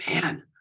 man